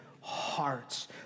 hearts